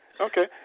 okay